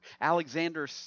Alexander